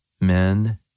men